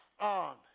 on